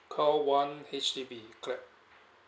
call one H_D_B clap